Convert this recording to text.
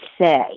say